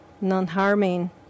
non-harming